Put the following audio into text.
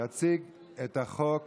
יציג את החוק